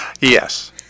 Yes